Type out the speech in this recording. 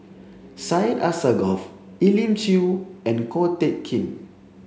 Syed Alsagoff Elim Chew and Ko Teck Kin